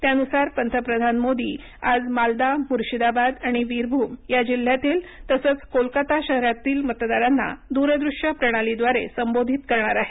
त्यानुसार पंतप्रधान मोदी आज माल्दा मुर्शीदाबाद आणि बीरभूम या जिल्ह्यातील तसंच कोलकाता शहरातल्या मतदारांना दूरदृष्य प्रणालीद्वारे संबोधित करणार आहेत